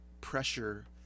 pressure